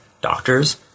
doctors